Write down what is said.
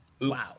Wow